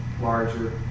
larger